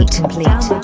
complete